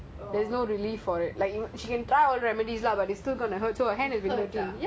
!aiyo! oh